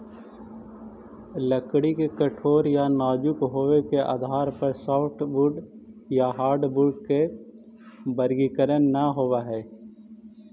लकड़ी के कठोर या नाजुक होबे के आधार पर सॉफ्टवुड या हार्डवुड के वर्गीकरण न होवऽ हई